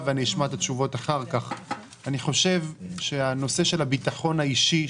המקומי: הגיע הזמן שהשלטון המקומי יהיה